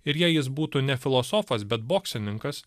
ir jei jis būtų ne filosofas bet boksininkas